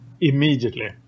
immediately